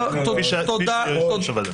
כפי שאמר יושב-ראש הוועדה.